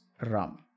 ram